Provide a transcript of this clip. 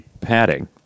padding